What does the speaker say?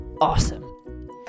awesome